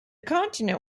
continent